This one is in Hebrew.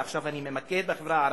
ועכשיו אני מתמקד בחברה הערבית,